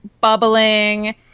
bubbling